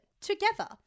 together